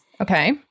Okay